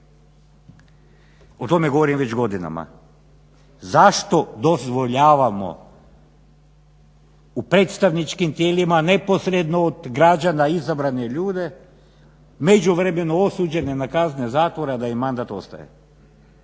O tome govorim već godinama. Zašto dozvoljavamo u predstavničkim tijelima neposredno od građana izabrane ljude, u međuvremenu osuđene na kazne zatvora, da im mandat ostaje?